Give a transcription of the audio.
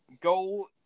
go